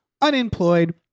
unemployed